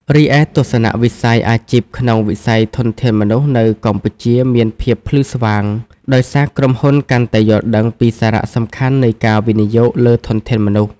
រីឯទស្សនវិស័យអាជីពក្នុងវិស័យធនធានមនុស្សនៅកម្ពុជាមានភាពភ្លឺស្វាង ដោយសារក្រុមហ៊ុនកាន់តែយល់ដឹងពីសារៈសំខាន់នៃការវិនិយោគលើធនធានមនុស្ស។